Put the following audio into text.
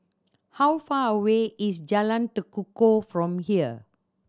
how far away is Jalan Tekukor from here